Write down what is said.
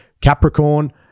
Capricorn